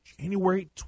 January